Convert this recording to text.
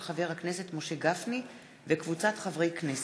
של חבר הכנסת משה גפני וקבוצת חברי הכנסת,